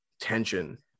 tension